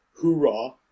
hoorah